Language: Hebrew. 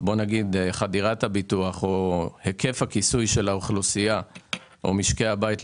מבחינת היקף הכיסוי של משקי הבית,